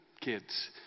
kids